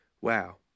Wow